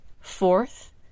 Fourth